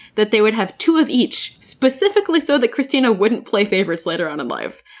that they would have two have each. specifically so that kristina wouldn't play favorites later on in life.